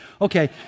Okay